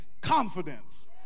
confidence